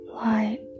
Light